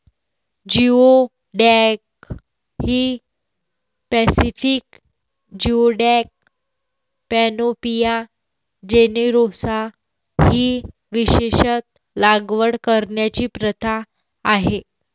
geoduck ही Pacific geoduck, Panopea generosa ही विशेषत लागवड करण्याची प्रथा आहे